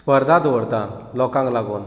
स्पर्धा दवरता लोकांक लागून